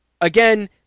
again